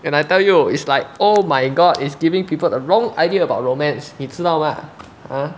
and I tell you it's like oh my god is giving people the wrong idea about romance 你知道吗啊